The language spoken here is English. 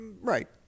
Right